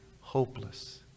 hopeless